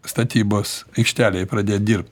statybos aikštelėje pradėt dirbt